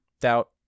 Doubt